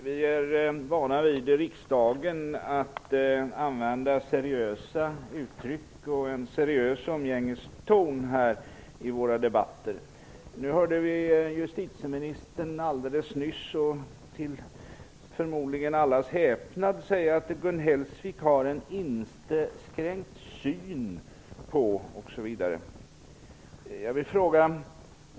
Herr talman! Vi är här i riksdagen vana vid att använda seriösa uttryck och en seriös umgängeston i våra debatter. Vi hörde justitieministern alldeles nyss - förmodligen till allas häpnad - säga att Gun Hellsvik har en inskränkt syn osv.